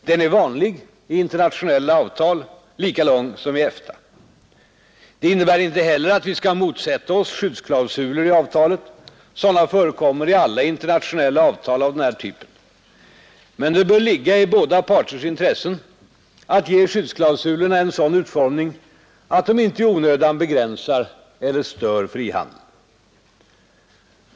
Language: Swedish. Den är vanlig i internationella avtal — lika lång som i EFTA. Det innebär inte heller att vi skall motsätta oss skyddsklausuler i avtalet — sådana förekommer i alla internationella avtal av denna typ. Men det bör ligga i båda parters intresse att ge skyddsklausulerna en sådan utformning att de inte i onödan begränsar eller stör frihandeln.